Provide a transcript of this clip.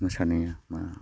मोसानाया मा